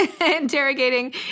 interrogating